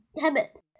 habit